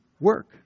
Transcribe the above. work